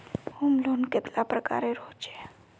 Home loan कतेला प्रकारेर होचे?